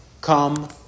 come